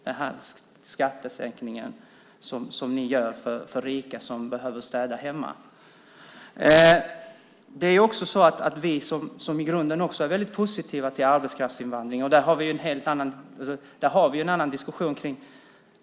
Den skattesänkning ni gör för rika som behöver få städat hemma är ingen tröst för dessa illegala städare. Även vi är i grunden positiva till arbetskraftsinvandring, och där har vi en annan diskussion.